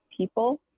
people